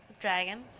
Dragons